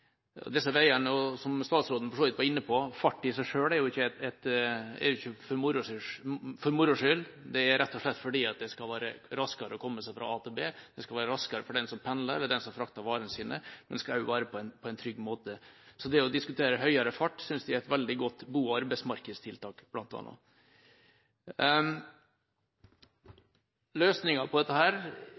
Som statsråden var inne på, fart i seg selv er jo ikke for moro skyld, det er rett og slett fordi det skal gå raskere å komme seg fra A til B. Det skal være raskere for den som pendler, eller for den som frakter varene sine, men det skal også være på en trygg måte. Så det å diskutere høyere fart synes jeg bl.a. er et veldig godt arbeidsmarkedstiltak. Løsninga på dette,